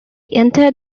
entered